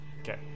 okay